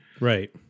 Right